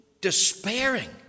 despairing